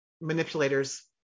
manipulators